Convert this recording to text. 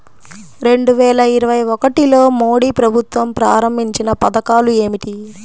రెండు వేల ఇరవై ఒకటిలో మోడీ ప్రభుత్వం ప్రారంభించిన పథకాలు ఏమిటీ?